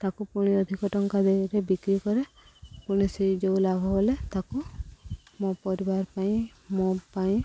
ତାକୁ ପୁଣି ଅଧିକ ଟଙ୍କା ଦେଇ ବିକ୍ରି କରେ ପୁଣି ସେଇ ଯେଉଁ ଲାଭ ହେଲେ ତାକୁ ମୋ ପରିବାର ପାଇଁ ମୋ ପାଇଁ